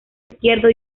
izquierdo